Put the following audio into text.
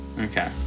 Okay